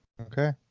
Okay